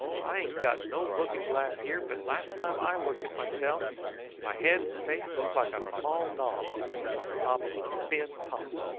i ain't got no looking-glass here, but last time i looked at myself my head and face looked like a small knob on the top of a thin pump.